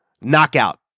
knockout